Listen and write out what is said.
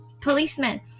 policemen